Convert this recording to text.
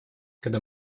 когда